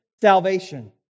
salvation